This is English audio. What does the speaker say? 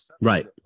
Right